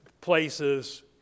places